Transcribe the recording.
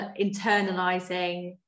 internalizing